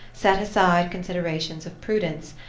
set aside considerations of prudence,